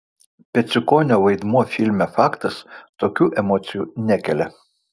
peciukonio vaidmuo filme faktas tokių emocijų nekelia